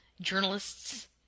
journalist's